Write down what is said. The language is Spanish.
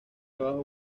abajo